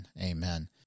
Amen